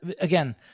again